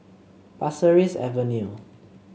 Pasir Ris Avenue